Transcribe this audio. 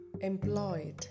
employed